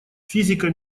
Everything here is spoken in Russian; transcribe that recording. физика